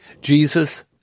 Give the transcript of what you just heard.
Jesus